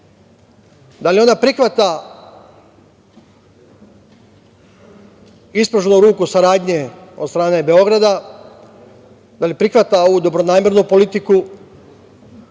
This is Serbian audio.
Da li ona prihvata ispruženu ruku saradnje od strane Beograda, da li prihvata ovu dobronamernu politiku,